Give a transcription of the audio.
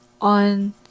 on